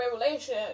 revelation